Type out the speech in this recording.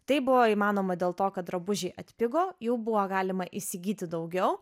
tai buvo įmanoma dėl to kad drabužiai atpigo jų buvo galima įsigyti daugiau